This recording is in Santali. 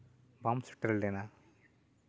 ᱵᱟᱢ ᱥᱮᱴᱮᱨ ᱞᱮᱱᱟ